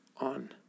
on